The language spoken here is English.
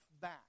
back